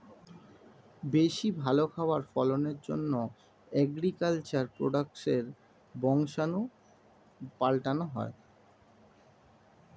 বেশি ভালো খাবার ফলনের জন্যে এগ্রিকালচার প্রোডাক্টসের বংশাণু পাল্টানো হয়